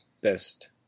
best